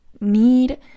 need